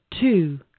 two